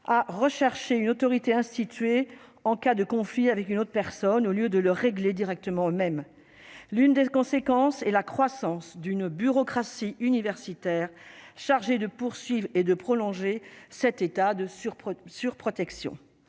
à rechercher une autorité instituée en cas de conflit avec une autre personne au lieu de le régler directement même l'une des conséquences et la croissance d'une bureaucratie universitaire chargé de poursuites et de prolonger cet état de surprenant